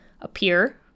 appear